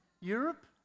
Europe